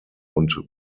und